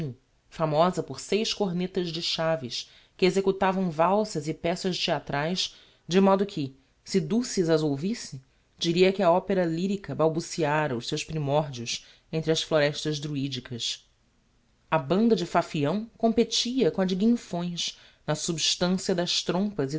famosa por seis cornetas de chaves que executavam valsas e peças theatraes de modo que se ducis as ouvisse diria que a opera lyrica balbuciára os seus primordios entre as florestas druidicas a banda de fafião competia com a de guinfões na substancia das trompas